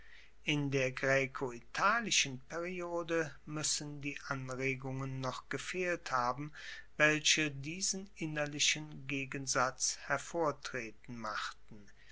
in der graecoitalischen periode muessen die anregungen noch gefehlt haben welche diesen innerlichen gegensatz hervortreten machten